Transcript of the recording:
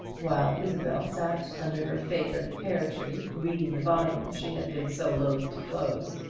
while isabel sat under her favourite pear-tree reading the volume she had been so loth to close.